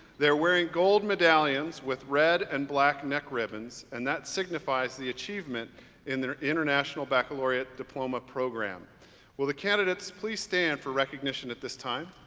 they're wearing gold medallions with red and black neck ribbons and that signifies the achievement in the international baccalaureate diploma program will the candidates please stand for recognition at this time.